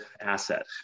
asset